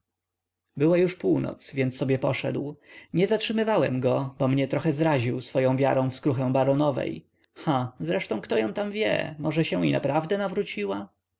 była już północ więc sobie poszedł nie zatrzymywałem go bo mnie trochę zraził swoją wiarą w skruchę baronowej ha zresztą kto ją tam wie może się i naprawdę nawróciła